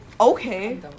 okay